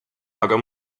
aga